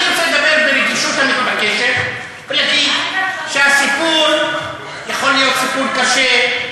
אני רוצה לדבר ברגישות המתבקשת ולהגיד שהסיפור יכול להיות סיפור קשה,